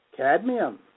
Cadmium